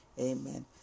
amen